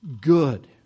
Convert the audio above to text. good